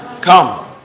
Come